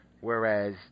whereas